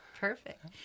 Perfect